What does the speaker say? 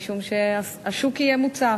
משום שהשוק יהיה מוצף.